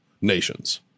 nations